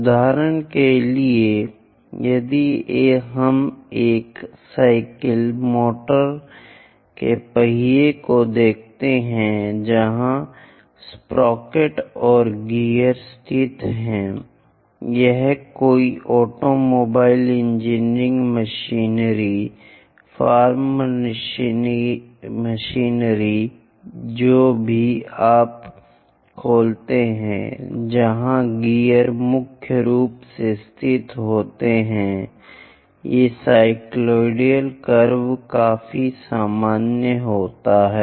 उदाहरण के लिए यदि हम एक साइकिल मोटर के पहिये को देखते हैं जहां स्प्रोकेट और गियर स्थित हैं या कोई automobile engineering machinery farm machinery जो भी आप खोलते हैं जहां गियर मुख्य रूप से स्थित होते हैं ये साइक्लोइड कर्व काफी सामान्य होते हैं